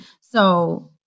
So-